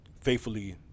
faithfully